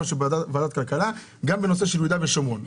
ועדת כלכלה גם בנושא של יהודה ושומרון.